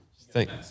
Thanks